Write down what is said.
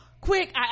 quick